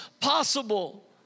possible